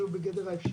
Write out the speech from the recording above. הרוב.